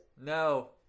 No